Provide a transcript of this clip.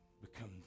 Become